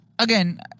Again